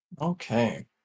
Okay